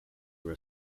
were